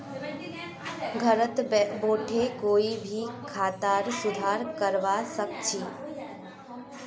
घरत बोठे कोई भी खातार सुधार करवा सख छि